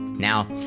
Now